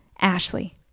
Ashley